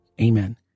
Amen